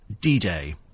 D-Day